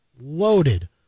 loaded